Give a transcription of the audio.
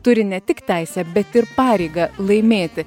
turi ne tik teisę bet ir pareigą laimėti